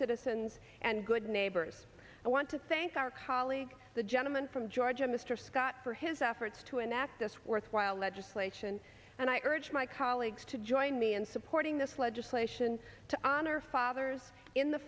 citizens and good neighbors and want to thank our colleague the gentleman from georgia mr scott for his efforts to enact this worthwhile legislation and i urge my colleagues to join me in supporting this legislation to honor fathers in the